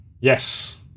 Yes